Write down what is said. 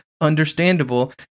understandable